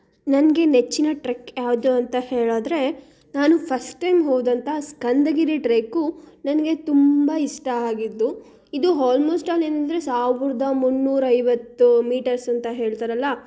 ನನಗೆ ನೆಚ್ಚಿನ ಟ್ರೆಕ್ ಯಾವುದು ಅಂತ ಹೇಳಿದ್ರೆ ನಾನು ಫಸ್ಟ್ ಟೈಮ್ ಹೋದಂಥ ಸ್ಕಂದಗಿರಿ ಟ್ರೇಕು ನನಗೆ ತುಂಬ ಇಷ್ಟ ಆಗಿದ್ದು ಇದು ಹಾಲ್ಮೋಸ್ಟ್ ಆಲ್ ಏನಂದರೆ ಸಾವಿರದ ಮುನ್ನೂರೈವತ್ತು ಮೀಟರ್ಸ್ ಅಂತ ಹೇಳ್ತಾರಲ್ವ